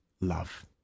love